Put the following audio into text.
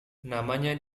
namanya